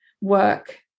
work